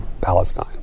Palestine